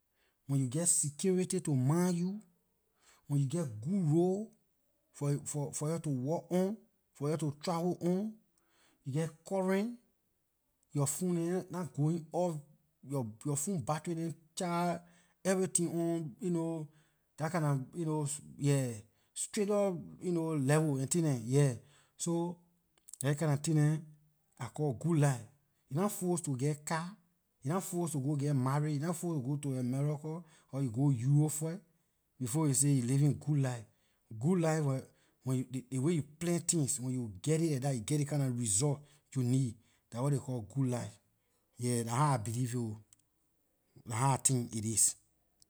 When you geh security to mind you when you geh good road for yor to walk on for yor to travel on you geh current yor phone neh nah going off yor phone battery dem charge everything on dah kinda yeah straight- up level and tin dem so dah ley kinda tin dem I call good life you nah force to geh car you nah force to go geh marry you nah force to go to america or you go europe first before you say you living good life good life ley way you plan things when you geh it like dah you geh ley kinda result you need dah what ley call good life yeah dah how I believe it oh dah how I think it is